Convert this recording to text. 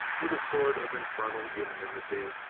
with a sort of infernal unanimity,